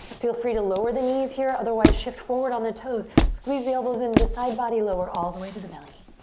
feel free to lower the knees here, otherwise shift forward on the toes. squeeze the elbows into the side body, lower all the way to the belly.